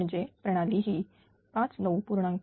म्हणजे प्रणाली ही 59